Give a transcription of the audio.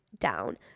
down